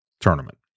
tournament